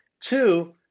two